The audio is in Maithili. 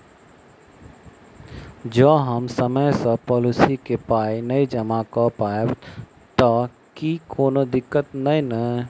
जँ हम समय सअ पोलिसी केँ पाई नै जमा कऽ पायब तऽ की कोनो दिक्कत नै नै?